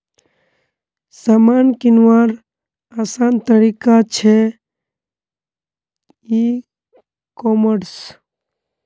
सामान किंवार आसान तरिका छे ई कॉमर्स